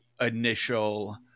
initial